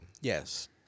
Yes